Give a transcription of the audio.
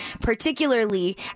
particularly